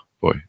boy